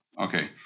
Okay